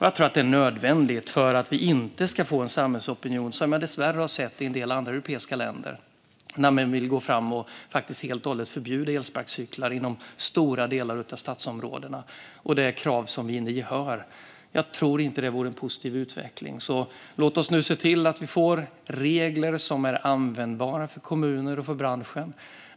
Jag tror att det är nödvändigt för att vi inte ska få en sådan samhällsopinion som man dessvärre har sett i en del andra europeiska länder. Där vill man gå fram med att helt och hållet förbjuda elsparkcyklar inom stora delar av stadsområdena. Det är krav som vi nu hör. Jag tror inte att det vore en positiv utveckling. Låt oss se till att vi får regler som är användbara för kommuner och för branschen.